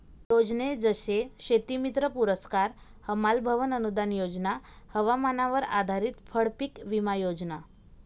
योजने जसे शेतीमित्र पुरस्कार, हमाल भवन अनूदान योजना, हवामानावर आधारित फळपीक विमा योजना